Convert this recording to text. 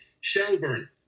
Shelburne